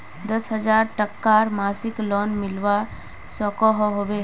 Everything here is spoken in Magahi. दस हजार टकार मासिक लोन मिलवा सकोहो होबे?